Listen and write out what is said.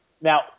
Now